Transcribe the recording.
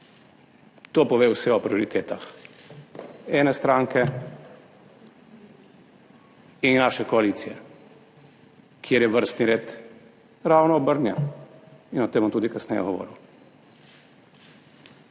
To pove vse o prioritetah ene stranke in naše koalicije, kjer je vrstni red ravno obrnjen in o tem bom tudi kasneje govoril.